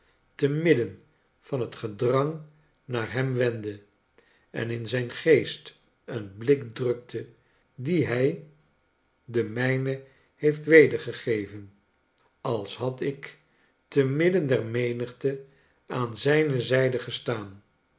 te midden van het gedrang naar hem wendde en in zijn geest een blik drukte dien hij den mijnen heeft wedergegeven als had ik te midden der menigte aan zijne zijde gestaan